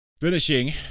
Finishing